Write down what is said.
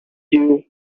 you